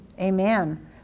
Amen